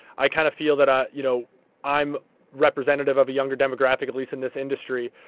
i kind of feel that ah you know i'm representative of a younger demographic, at least in this industry,